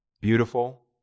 beautiful